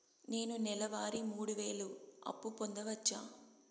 నేను నెల వారి మూడు వేలు అప్పు పొందవచ్చా?